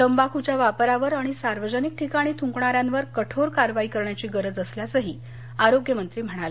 तंबाखूच्या वापरावर आणि सार्वजनिक ठिकाणी थ्कणा यांवर कठोर कारवाई करण्याची गरज असल्याचं आरोग्यमंत्री म्हणाले